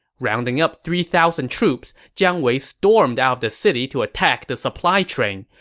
rounding up three thousand troops, jiang wei stormed out of the city to attack the supply train.